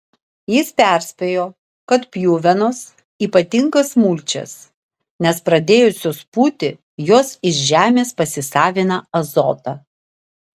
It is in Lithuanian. jis perspėjo kad pjuvenos ypatingas mulčias nes pradėjusios pūti jos iš žemės pasisavina azotą